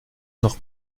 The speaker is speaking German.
noch